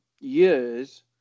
years